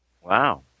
Wow